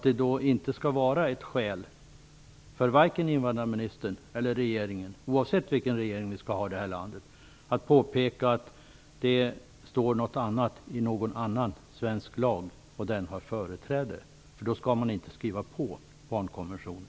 Det skall inte vara ett skäl för varken invandrarministern eller regeringen, oavsett vilken regering vi skall ha i det här landet, att påpeka att det står något annat i någon annan svensk lag, och att den lagen har företräde. Anser man det skall man inte skriva på barnkonventionen.